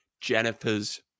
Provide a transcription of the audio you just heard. Jennifer's